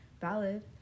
valid